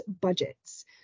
budgets